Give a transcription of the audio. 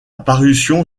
parution